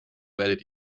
werdet